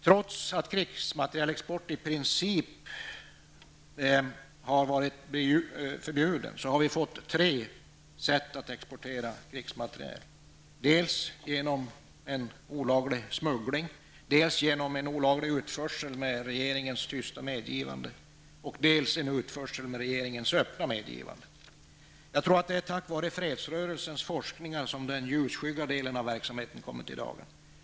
Trots att krigsmaterialexport i princip har varit förbjuden har vi fått tre sätt att exportera krigsmateriel. Det kan dels ske genom en olaglig smuggling, dels genom en olaglig utförsel med regeringens tysta medgivande, dels genom en utförsel med regeringens öppna medgivande. Jag tror att det är tack vare fredsrörelsens forskningar som den ljusskygga delen av verksamheten har kommit i dagern.